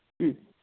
മ്